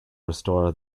restore